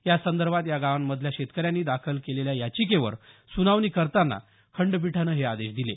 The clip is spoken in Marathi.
यासंदर्भात या गावांमधल्या शेतकऱ्यांनी दाखल केलेल्या याचिकेवर सुनावणी करताना खंडपीठानं हे आदेश दिले